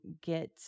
get